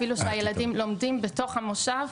אפילו שהילדים לומדים בתוך המושב,